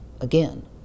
Again